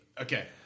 Okay